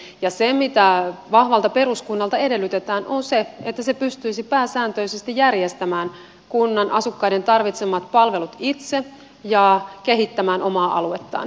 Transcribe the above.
ja se mitä vahvalta peruskunnalta edellytetään on se että se pystyisi pääsääntöisesti järjestämään kunnan asukkaiden tarvitsemat palvelut itse ja kehittämään omaa aluettaan